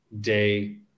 day